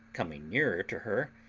coming nearer to her,